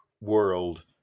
world